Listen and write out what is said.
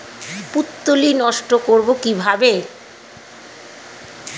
পুত্তলি নষ্ট করব কিভাবে?